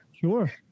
Sure